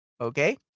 Okay